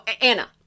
Anna